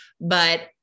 But-